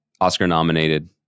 Oscar-nominated